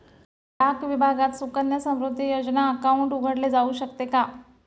डाक विभागात सुकन्या समृद्धी योजना अकाउंट उघडले जाऊ शकते का?